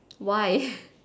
why